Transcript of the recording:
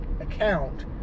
account